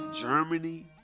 Germany